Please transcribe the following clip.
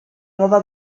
nuova